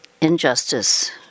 injustice